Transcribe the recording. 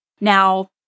now